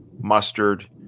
mustard